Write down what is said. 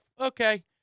okay